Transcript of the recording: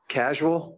casual